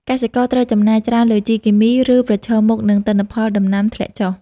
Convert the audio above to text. កសិករត្រូវចំណាយច្រើនលើជីគីមី ឬប្រឈមមុខនឹងទិន្នផលដំណាំធ្លាក់ចុះ។